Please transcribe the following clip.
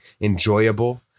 enjoyable